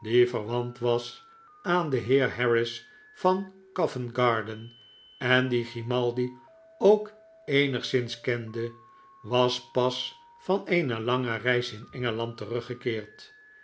die verwant was aan den heer harris van coventgarden en dien grimaldi ook eenigszins kende was pas van eene lange reis in engeland teruggekeerd